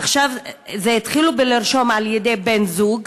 עכשיו התחילו לרשום, בידי בני-זוג.